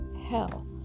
hell